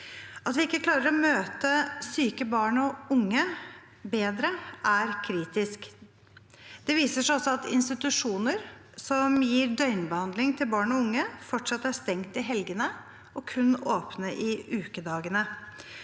At vi ikke klarer å møte syke barn og unge bedre er kritisk. Det viser seg også at institusjoner som gir døgnbehandling til barn og unge, fortsatt er stengt i helgene og kun åpne i ukedagene.